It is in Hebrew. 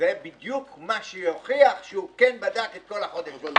כי זה בדיוק מה שיוכיח שהוא כן בדק את כל החודשים.